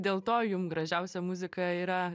dėl to jum gražiausia muzika yra